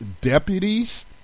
deputies